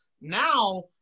Now